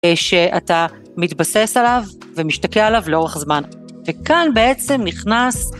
שאתה מתבסס עליו ומשתקע עליו לאורך זמן. וכאן בעצם נכנס...